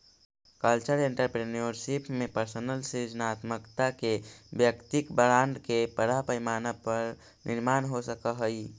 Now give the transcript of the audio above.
cultural entrepreneurship में personal सृजनात्मकता के वैयक्तिक ब्रांड के बड़ा पैमाना पर निर्माण हो सकऽ हई